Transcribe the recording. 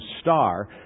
star